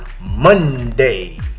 Monday